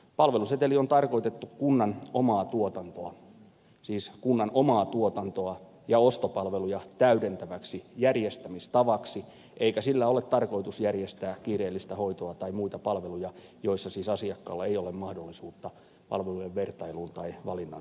palveluseteli on tarkoitettu kunnan omaa tuotantoa siis kunnan omaa tuotantoa ja ostopalveluja täydentäväksi järjestämistavaksi eikä sen avulla ole siis tarkoitus järjestää kiireellistä hoitoa tai muita palveluja joissa asiakkaalla ei ole mahdollisuutta palvelujen vertailuun tai valinnan tekemiseen